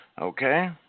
okay